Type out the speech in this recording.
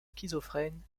schizophrène